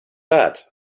that